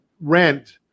rent